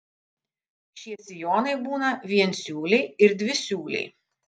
šie sijonai būna viensiūliai ir dvisiūliai